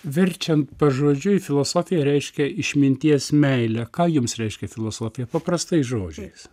verčiant pažodžiui filosofija reiškia išminties meilę ką jums reiškia filosofija paprastais žodžiais